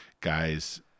guys